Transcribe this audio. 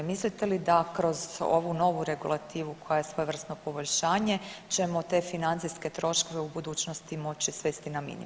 Mislite li da kroz ovu novu regulativu koja je svojevrsno poboljšanje ćemo te financijske troškove u budućnosti moći svesti na minimum.